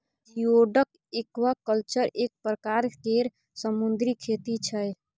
geoduck aquaculture एक परकार केर समुन्दरी खेती छै